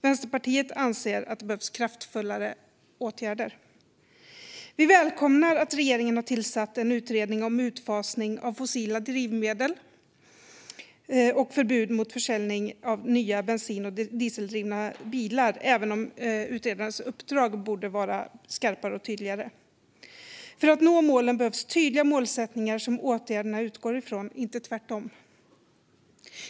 Vänsterpartiet anser att det behövs kraftfullare åtgärder. Vi välkomnar att regeringen har tillsatt en utredning om utfasning av fossila drivmedel och förbud mot försäljning av nya bensin och dieseldrivna bilar, även om utredarens uppdrag borde vara skarpare och tydligare. För att målen ska kunna nås behövs tydliga målsättningar som åtgärderna utgår från, inte tvärtom.